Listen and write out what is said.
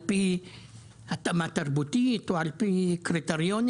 על פי התאמה תרבותית או על פי קריטריונים.